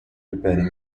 preparing